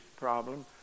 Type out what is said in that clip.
problem